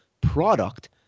product